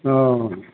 हाँ